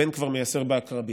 הבן כבר מייסר בעקרבים.